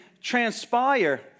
transpire